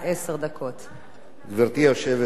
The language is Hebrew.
גברתי היושבת-ראש, חברי חברי הכנסת,